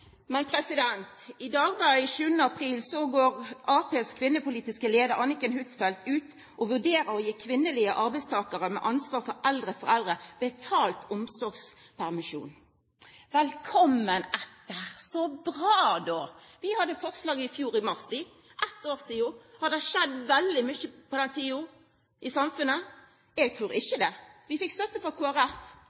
Men i Dagbladet 7. april i år går Arbeidarpartiets kvinnepolitiske leiar, Anniken Huitfeldt, ut og vurderer å gi kvinnelege arbeidstakarar med ansvar for eldre foreldre betalt omsorgspermisjon. Velkommen etter, så bra! Vi hadde forslag i fjor i mars – for eitt år sidan. Har det skjedd veldig mykje på den tida i samfunnet? Eg trur ikkje det. Vi fekk støtte frå